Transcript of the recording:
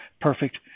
perfect